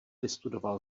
vystudoval